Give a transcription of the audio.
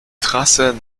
trasse